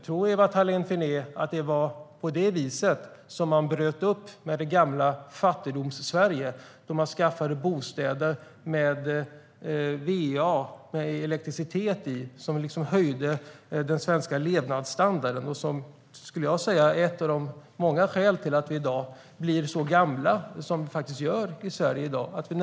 Tror Ewa Thalén Finné att det var på det viset som man bröt med det gamla Fattigsverige, när man skaffade bostäder med vvs och elektricitet som höjde den svenska levnadsstandarden och som, skulle jag säga, är ett av många skäl till att vi i dag blir så gamla som vi blir i Sverige?